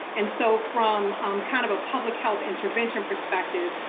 and so from kind of a public health intervention perspective,